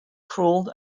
cruel